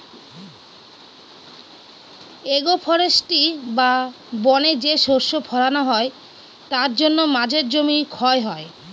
agro forestry বা বনে যে শস্য ফলানো হয় তার জন্য মাঝের জমি ক্ষয় হয়